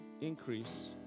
increase